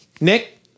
Nick